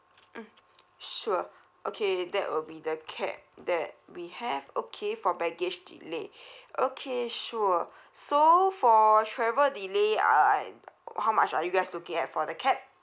mm sure okay that will be the cap that we have okay for baggage delay okay sure so for travel delay ah how much are you guys looking at for the cap